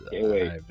wait